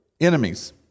Enemies